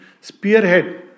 spearhead